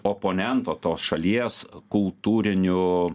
oponento tos šalies kultūrinių